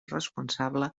responsable